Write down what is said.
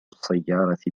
السيارة